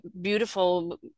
beautiful